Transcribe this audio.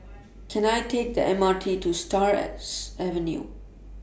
Can I Take The M R T to Stars Avenue